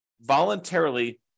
voluntarily